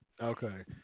Okay